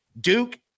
Duke